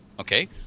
Okay